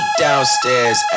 downstairs